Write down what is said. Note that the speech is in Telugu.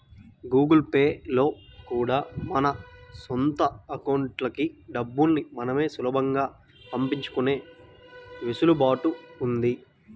గూగుల్ పే లో కూడా మన సొంత అకౌంట్లకి డబ్బుల్ని మనమే సులభంగా పంపించుకునే వెసులుబాటు ఉంది